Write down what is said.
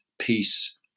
peace